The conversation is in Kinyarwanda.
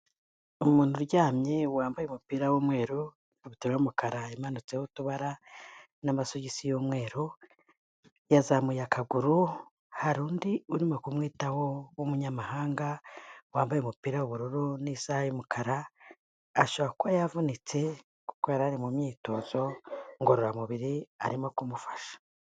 Umuntu uryamye wambaye umupira w'umweru ikabutura y'umukara imananitseho utubara n'amasogisi y'umweru, yazamuye akaguru hari undi urimo kumwitaho w'umunyamahanga wambaye umupira w'ubururu n'isaha y'umukara ashobora kuba yavunitse kuko yarari mu myitozo ngororamubiri arimo kumufasha.